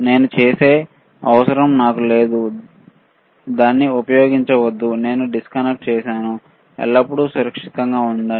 నేను చేసే అవసరం నాకు లేదు దాన్ని ఉపయోగించవద్దు నేను డిస్కనెక్ట్ చేసాను ఎల్లప్పుడూ సురక్షితంగా ఉండండి